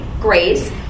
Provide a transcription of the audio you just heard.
grace